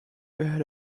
ühel